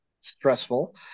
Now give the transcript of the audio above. stressful